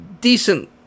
decent